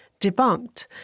debunked